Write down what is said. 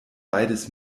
beides